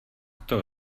toho